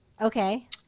okay